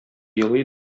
елый